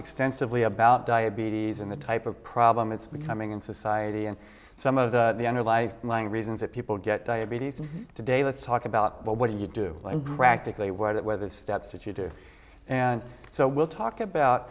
extensively about diabetes and the type of problem it's becoming in society and some of the underlie lying reasons that people get diabetes today let's talk about but what do you do and practically where that whether steps that you do and so we'll talk about